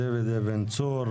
דוד אבן צור,